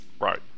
Right